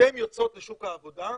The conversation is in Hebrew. שתיהן יוצאות לשוק העבודה,